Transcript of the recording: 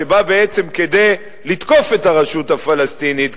שבא בעצם לתקוף את הרשות הפלסטינית,